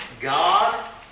God